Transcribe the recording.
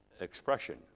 expression